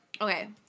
Okay